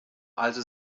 also